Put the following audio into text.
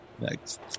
Next